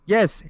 Yes